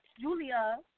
Julia